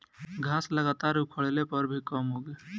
घास लगातार उखड़ले पर भी कम उगी